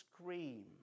scream